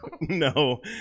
No